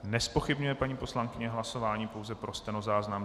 Nezpochybňuje paní poslankyně hlasování, pouze pro stenozáznam.